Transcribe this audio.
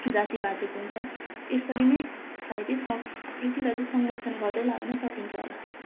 जाति बाँचेको हुन्छ यसरी नै सायदै संस्कृतिलाई चाहिँ संरक्षण गर्दै लानु नै सकिन्छ होला